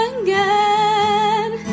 again